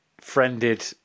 friended